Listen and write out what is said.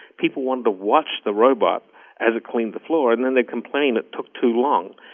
people wanted to watch the robot as it cleaned the floor, and then they complained it took too long.